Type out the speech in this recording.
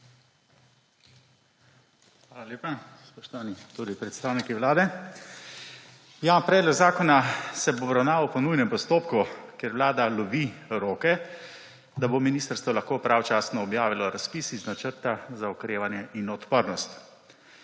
Hvala lepa. Spoštovani predstavniki Vlade! Ja, predlog zakona se bo obravnaval po nujnem postopku, ker Vlada lovi roke, da bo ministrstvo lahko pravočasno objavilo razpis iz Načrta za okrevanje in odpornost.